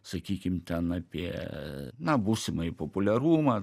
sakykim ten apie na būsimąjį populiarumą